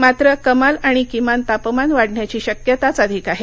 मात्र कमाल आणि किमान तापमान वाढण्याची शक्यताच अधिक आहे